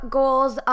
goals